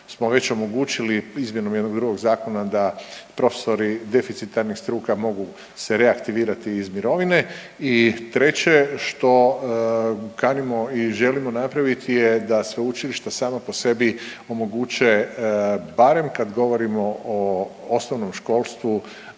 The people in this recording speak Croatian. smo već omogućili izmjenom jednog drugog zakona da profesori deficitarnih struka mogu se reaktivirati iz mirovine i treće što kanimo i želimo napraviti je da sveučilišta sama po sebi omoguće barem kad govorimo o osnovnom školstvu